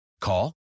Call